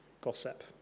gossip